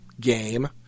game